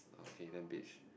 okay then beach